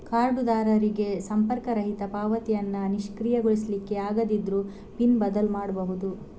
ಕಾರ್ಡುದಾರರಿಗೆ ಸಂಪರ್ಕರಹಿತ ಪಾವತಿಯನ್ನ ನಿಷ್ಕ್ರಿಯಗೊಳಿಸ್ಲಿಕ್ಕೆ ಆಗದಿದ್ರೂ ಪಿನ್ ಬದಲು ಮಾಡ್ಬಹುದು